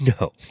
No